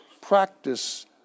practice